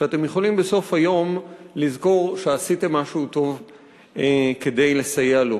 שאתם יכולים בסוף היום לזכור שעשיתם משהו טוב כדי לסייע לו.